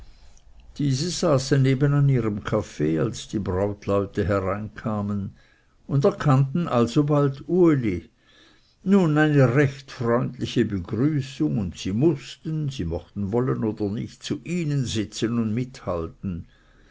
diese saßen eben an ihrem kaffee als die brautleute hereinkamen und erkannten alsobald uli nun eine recht freundliche begrüßung und sie mußten sie mochten wollen oder nicht zu ihnen sitzen und mithalten